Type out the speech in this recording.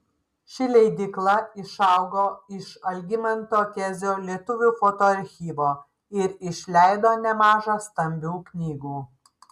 ši leidykla išaugo iš algimanto kezio lietuvių foto archyvo ir išleido nemaža stambių knygų